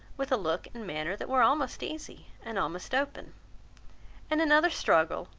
with a look and manner that were almost easy, and almost open and another struggle,